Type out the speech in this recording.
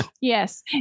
yes